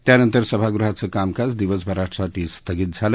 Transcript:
त्यानंतर सभागृहाचं कामकाज दिवसभरासाठी स्थगित झालं